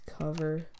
cover